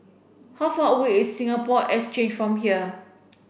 how far away is Singapore Exchange from here